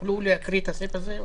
תוכלו לקרוא את הסעיף הזה?